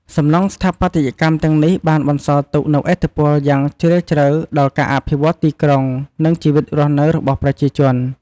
សំណង់ស្ថាបត្យកម្មទាំងនេះបានបន្សល់ទុកនូវឥទ្ធិពលយ៉ាងជ្រាលជ្រៅដល់ការអភិវឌ្ឍន៍ទីក្រុង និងជីវិតរស់នៅរបស់ប្រជាជន។